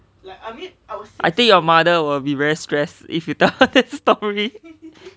I think your mother will be very stress if you tell her the story